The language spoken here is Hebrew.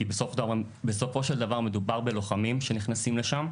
כי סופו של דבר מדובר בלוחמים שנכנסים לשם.